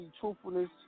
truthfulness